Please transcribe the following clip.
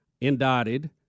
indicted